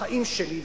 בחיים שלי,